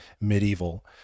medieval